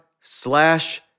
slash